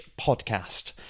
podcast